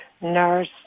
nurse